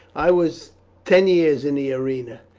i was ten years in the arena,